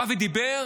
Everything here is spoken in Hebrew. בא ודיבר